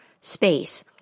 space